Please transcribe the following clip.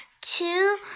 Two